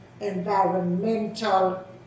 environmental